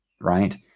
right